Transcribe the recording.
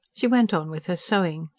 she went on with her sewing.